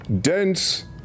Dense